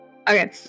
Okay